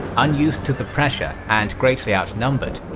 unused to the press ure? and greatly outnumbered,